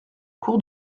cours